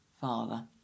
Father